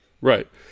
right